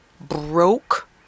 broke